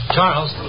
Charles